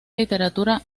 literatura